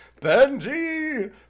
benji